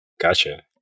Gotcha